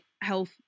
health